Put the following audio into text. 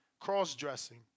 cross-dressing